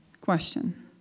question